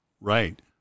Right